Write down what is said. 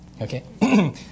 Okay